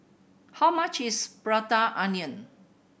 how much is Prata Onion